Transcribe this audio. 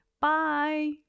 Bye